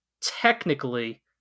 technically